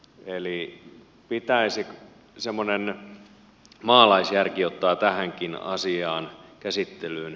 eli pitäisi semmoinen maalaisjärki ottaa tämänkin asian käsittelyyn